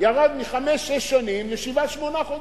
ירד מחמש-שש שנים לשבעה-שמונה חודשים.